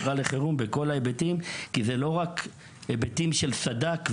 בכל ההיבטים כי זה לא רק היבטים של סד"כ ואמצעים,